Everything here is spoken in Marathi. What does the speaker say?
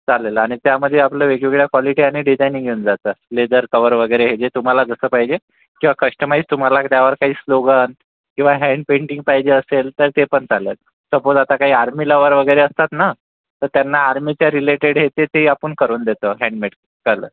चालेल आणि त्यामध्ये आपल्या वेगवेगळ्या क्वालिटी आणि डिझाइनही मिळून जातात लेदर कवर वगैरे हे जे तुम्हाला जसं पाहिजे त्या कस्टमाईज तुम्हाला त्यावर काही स्लोगन किंवा हॅन्ड पेन्टिंग पाहिजे असेल तर ते पण चालेल सपोज आता काही आर्मी लवर वगैरे असतात ना तर त्यांना आर्मीचे रिलेटेड हे ते ते आपण करून देतो हँडमेड कळलं